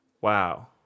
wow